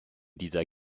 dieser